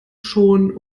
schonen